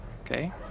okay